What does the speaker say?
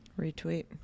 Retweet